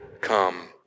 come